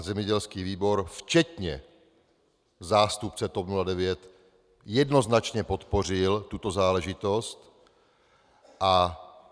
Zemědělský výbor včetně zástupce TOP 09 jednoznačně podpořil tuto záležitost a...